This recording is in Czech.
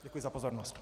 Děkuji za pozornost.